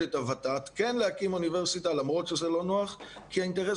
את הות"ת להקים אוניברסיטה למרות שזה לא נוח כי האינטרס